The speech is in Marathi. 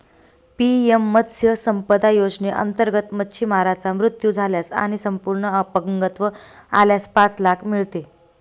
पी.एम मत्स्य संपदा योजनेअंतर्गत, मच्छीमाराचा मृत्यू झाल्यास आणि संपूर्ण अपंगत्व आल्यास पाच लाख मिळते